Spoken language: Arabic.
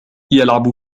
يلعب